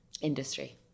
industry